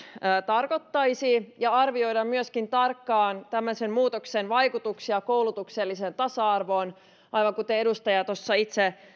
tarkoittaisi ja arvioidaan myöskin tarkkaan tämmöisen muutoksen vaikutuksia koulutukselliseen tasa arvoon aivan kuten edustaja tuossa itse